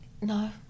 No